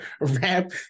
rap